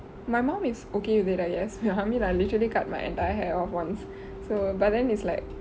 my mom is okay with it I guess I mean like I literally cut my my entire hair off once so but then it's like